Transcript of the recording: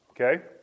okay